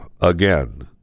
again